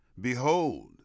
Behold